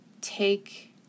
take